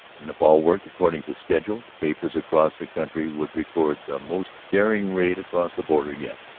and, if all worked according to schedule, the papers across the country would record the most daring raid across the border yet,